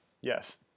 yes